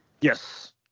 Yes